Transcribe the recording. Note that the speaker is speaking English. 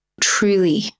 truly